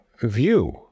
view